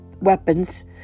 weapons